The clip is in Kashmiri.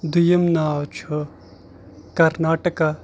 دوٚیِم ناو چھُ کَرناٹکا